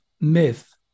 myth